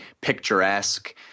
picturesque